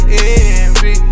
envy